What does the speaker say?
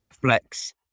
flex